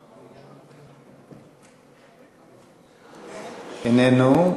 איננו.